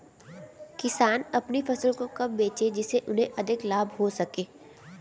किसान अपनी फसल को कब बेचे जिसे उन्हें अधिक लाभ हो सके?